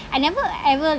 I never ever